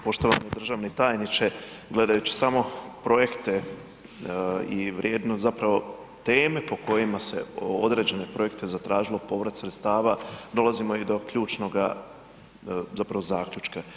Poštovani državni tajniče, gledajući samo projekte i vrijednost zapravo teme po kojima se određene projekte zatražimo povrat sredstava, dolazimo i do ključnoga zapravo zaključka.